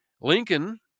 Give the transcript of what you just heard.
Lincoln